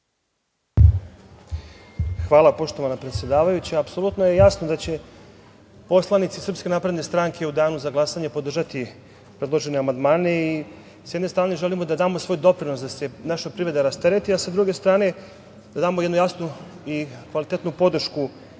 Hvala, poštovana predsedavajuća. Apsolutno je jasno da će poslanici SNS u danu za glasanje podržati predložene amandmane i, s jedne strane, želimo da damo svoj doprinos da se naša privreda rastereti, a sa druge strane, da damo jednu jasnu i kvalitetnu podršku